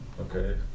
Okay